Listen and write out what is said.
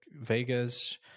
Vegas